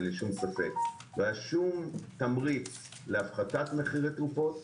לא היה שום תמריץ להפחתת מחירי תרופות,